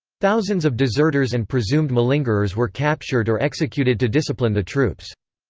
thousands of deserters and presumed malingerers were captured or executed to discipline the troops.